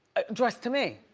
addressed to me.